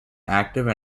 active